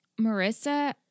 Marissa